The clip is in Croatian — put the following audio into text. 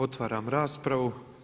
Otvaram raspravu.